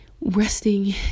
resting